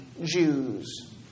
Jews